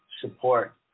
support